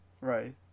Right